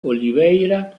oliveira